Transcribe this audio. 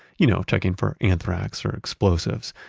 you know, checking for anthrax or explosives.